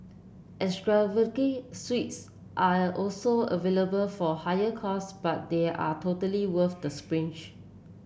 extravagant suites are also available for higher cost but they are totally worth the splurge